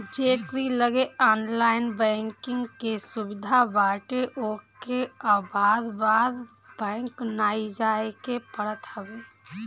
जेकरी लगे online banking के सुविधा बाटे ओके बार बार बैंक नाइ जाए के पड़त हवे